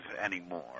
anymore